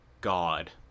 god